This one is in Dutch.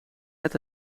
net